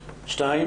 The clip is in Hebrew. גם הרפואה התקדמה,